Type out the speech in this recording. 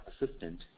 assistant